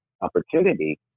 opportunity